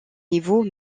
niveau